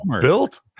built